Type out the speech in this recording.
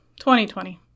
2020